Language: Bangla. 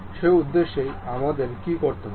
সেই উদ্দেশ্যে আমাদের কী করতে হবে